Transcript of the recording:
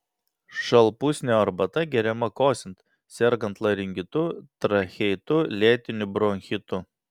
šalpusnio arbata geriama kosint sergant laringitu tracheitu lėtiniu bronchitu